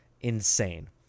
Insane